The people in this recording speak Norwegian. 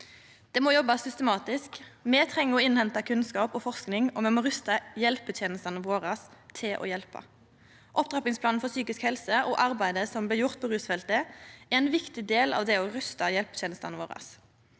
Det må jobbast systematisk. Me treng å innhenta kunnskap og forsking, og me må rusta hjelpetenestene våre til å hjelpa. Opptrappingsplanen for psykisk helse og arbeidet som blei gjort på rusfeltet, er ein viktig del av det å rusta hjelpetenestene våre.